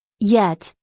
yet,